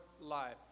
life